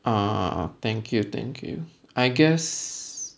ah thank you thank you I guess